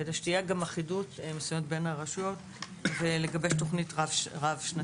כדי שתהיה גם אחידות מסוימת בין הרשויות ולגבש תוכנית רב-שנתית.